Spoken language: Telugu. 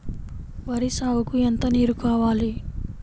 వరి సాగుకు ఎంత నీరు కావాలి?